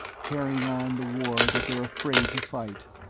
carrying on the war that they're afraid to fight!